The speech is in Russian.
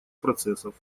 процессов